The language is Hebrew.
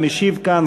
המשיב כאן,